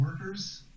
workers